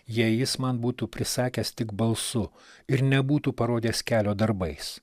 jei jis man būtų prisakęs tik balsu ir nebūtų parodęs kelio darbais